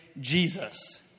Jesus